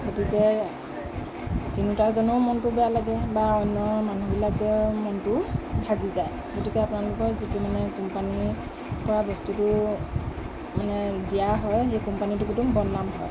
গতিকে কিনোতাজনৰ মনটোও বেয়া লাগে বা অন্য মানুহবিলাকৰ মনটোও ভাগি যায় গতিকে আপোনালোকৰ যিটো মানে কোম্পানীৰ পৰা বস্তুটো মানে দিয়া হয় সেই কোম্পানীটো কিন্তু বদনাম হয়